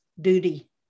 duty